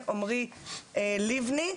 ועמרי לבני.